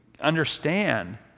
understand